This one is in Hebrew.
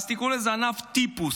אז תיקראו לזה ענף טיפוס.